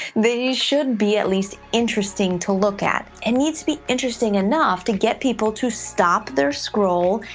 they should be at least interesting to look at. it needs to be interesting enough to get people to stop their scroll,